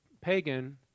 pagan